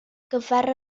gyfer